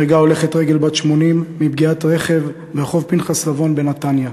נהרגה הולכת רגל בת 80 מפגיעת רכב ברחוב פנחס לבון בנתניה.